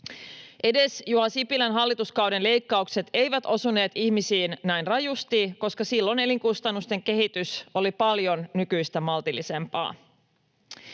Edes Juha Sipilän hallituskauden leikkaukset eivät osuneet ihmisiin näin rajusti, koska silloin elinkustannusten kehitys oli paljon nykyistä maltillisempaa.